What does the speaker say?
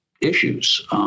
issues